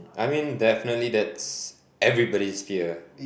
I mean definitely that's everybody's fear